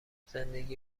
زندگی